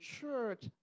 church